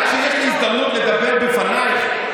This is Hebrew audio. עד שיש לי הזדמנות לדבר בפנייך,